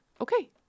Okay